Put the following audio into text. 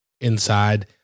inside